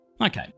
Okay